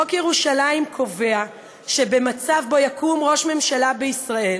חוק ירושלים קובע שבמצב שבו יקום ראש ממשלה בישראל